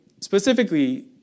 specifically